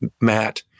Matt